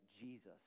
Jesus